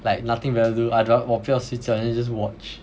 like nothing better to do I j~ 我不要睡觉 then I just watch